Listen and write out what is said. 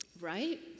Right